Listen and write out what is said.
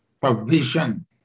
provision